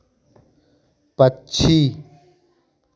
पक्षी